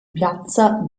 piazza